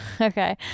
okay